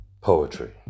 Poetry